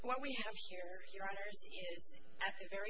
what we have here a very